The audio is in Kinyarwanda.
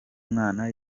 mwana